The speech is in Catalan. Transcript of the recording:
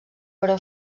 però